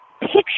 picture